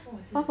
墨镜